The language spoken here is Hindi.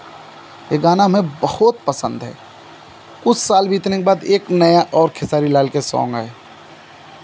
ये गाना हमें बहुत पसन्द है कुछ साल भी इतने के बाद नया एक और खेसारी लाल के सोंग आया